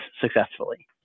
successfully